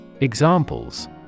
Examples